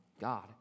God